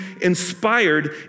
inspired